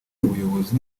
buyobozi